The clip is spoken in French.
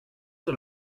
sur